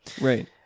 Right